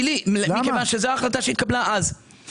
מכיוון שזאת ההחלטה שהתקבלה אז.